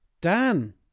Dan